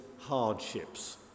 hardships